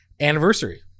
Anniversary